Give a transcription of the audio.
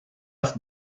offre